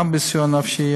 גם בסיוע נפשי,